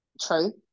True